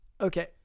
Okay